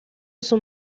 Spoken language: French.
sont